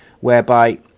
whereby